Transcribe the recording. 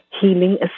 healing